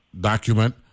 document